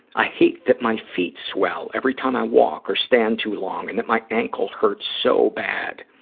i hate that my feet swell every time i walk or stand too long, and that my ankle hurts so bad.